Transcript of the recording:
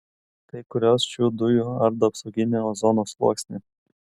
kai kurios šių dujų ardo apsauginį ozono sluoksnį